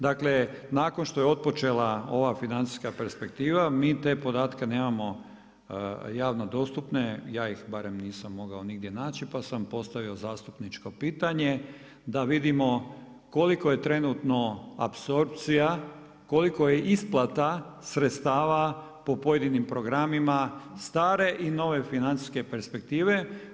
Dakle, nakon što je otpočela ova financijska perspektiva, mi te podatke nemamo javno dostupne, ja ih barem nisam mogao nigdje naći, pa sam postavio zastupničko pitanje, da vidimo koliko je trenutno apsorpcija, koliko je isplata sredstava po pojedinim programima, stare i nove financijske perspektive.